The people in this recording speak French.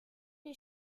les